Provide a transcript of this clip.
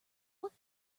what